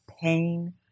pain